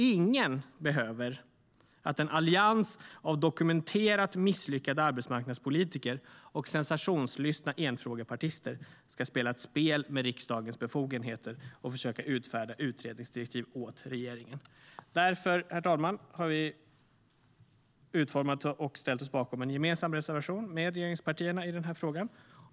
Ingen behöver att en allians av dokumenterat misslyckade arbetsmarknadspolitiker och sensationslystna enfrågepartister ska spela ett spel med riksdagens befogenheter och försöka utfärda utredningsdirektiv åt regeringen. Därför, herr talman, har vi utformat och ställt oss bakom en gemensam reservation med regeringspartierna i den här frågan.